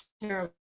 Terrible